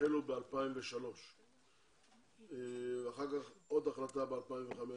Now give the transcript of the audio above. החלו ב- 2003; החלטה נוספת ב-2005,